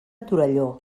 torelló